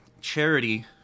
Charity